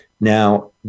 Now